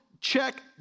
check